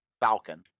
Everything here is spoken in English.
Falcon